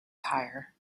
tire